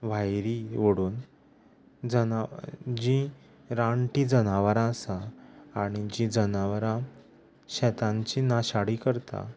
व्हायेरी वोडून जना जीं राणटीं जनावरां आसा आनी जीं जनावरां शेतांची नाशाडी करता